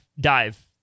dive